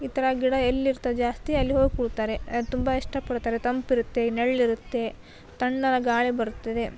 ಈ ಥರ ಗಿಡ ಎಲ್ಲಿರ್ತದೆ ಜಾಸ್ತಿ ಅಲ್ಲಿ ಹೋಗಿ ಕೂರ್ತಾರೆ ಅದು ತುಂಬ ಇಷ್ಟಪಡ್ತಾರೆ ತಂಪಿರುತ್ತೆ ನೆರ್ಳಿರುತ್ತೆ ತಣ್ಣನೆ ಗಾಳಿ ಬರುತ್ತದೆ